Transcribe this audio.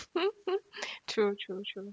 true true true